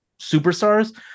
superstars